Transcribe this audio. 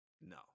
No